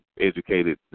educated